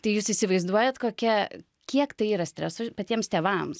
tai jūs įsivaizduojat kokia kiek tai yra streso patiems tėvams